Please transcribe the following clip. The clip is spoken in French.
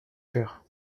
faire